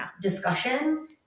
discussion